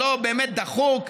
הבאמת-דחוק,